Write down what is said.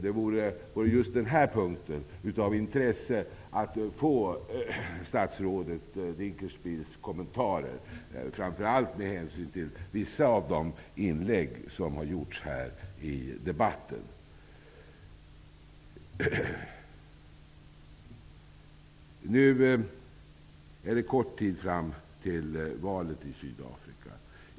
Det vore av intresse att få statsrådet Dinkelspiels kommentarer på just denna punkt, framför allt med hänsyn till vissa av de inlägg som har gjorts här i debatten. Det är kort tid fram till valet i Sydafrika.